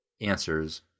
answers